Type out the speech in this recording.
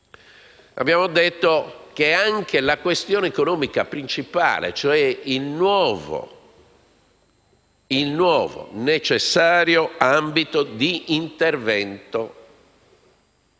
Abbiamo detto che è anche la questione economica principale, cioè il nuovo e necessario ambito di intervento